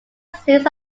series